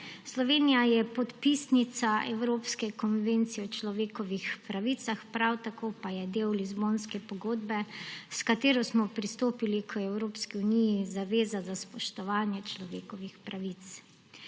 Slovenija je podpisnica Evropske konvencije o človekovih pravicah, prav tako pa je del Lizbonske pogodbe, s katero smo pristopili k Evropski uniji, zaveza k spoštovanju človekovih pravic.